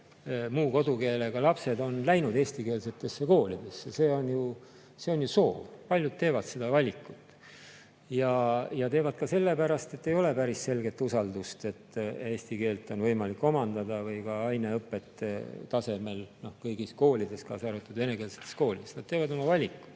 muu kodukeelega lapsed on läinud eestikeelsetesse koolidesse. See on ju soov, paljud teevad selle valiku. Ja teevad ka sellepärast, et ei ole päris selget usaldust, et eesti keelt või ka aineõpet on võimalik omandada [heal] tasemel kõigis koolides, kaasa arvatud venekeelsetes koolides. Nad teevad oma valiku.